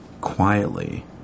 quietly